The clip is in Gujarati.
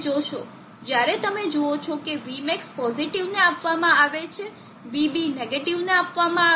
તમે જોશો જ્યારે તમે જુઓ છો કે vmax પોઝિટીવને આપવામાં આવે છે vB નેગેટિવને આપવામાં આવે છે